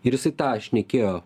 ir jisai tą šnekėjo